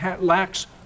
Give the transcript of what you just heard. lacks